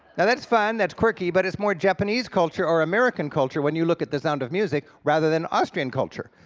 now that's fun, that's quirky, but it's more japanese culture, or american culture when you look at the sound of music, rather than austrian culture.